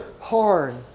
hard